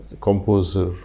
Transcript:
composer